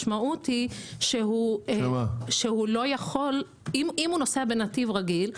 אם הוא הוא נוסע בנתיב רגיל,